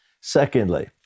Secondly